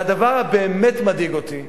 והדבר שבאמת מדאיג אותי,